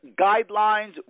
guidelines